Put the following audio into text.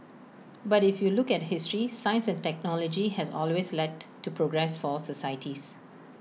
but if you look at history science and technology has always led to progress for societies